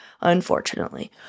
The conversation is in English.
Unfortunately